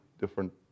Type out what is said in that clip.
Different